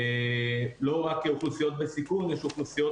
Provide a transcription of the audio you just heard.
לא רק לאוכלוסיות בסיכון אלא יש אוכלוסיות